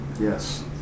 Yes